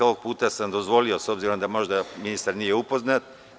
Ovog puta sam dozvolio, s obzirom da ministar možda nije upoznat.